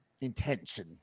intention